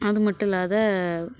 அது மட்டும் இல்லாது